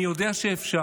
אני יודע שאפשר,